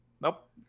nope